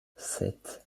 sept